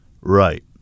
right